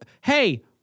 Hey